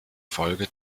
folge